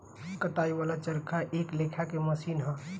कताई वाला चरखा एक लेखा के मशीन ह